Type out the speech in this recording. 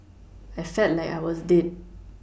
I felt like I was dead